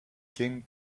came